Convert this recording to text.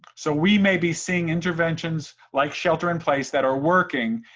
so, we may be seeing interventions like shelter-in-place that are working,